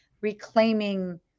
reclaiming